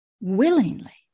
willingly